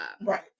right